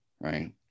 right